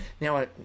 now